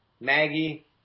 Maggie